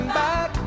back